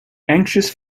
anxious